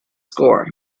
score